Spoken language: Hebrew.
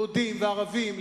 יהודים וערבים.